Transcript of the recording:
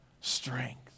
strength